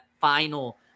final